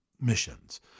missions